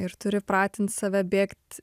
ir turi pratint save bėgt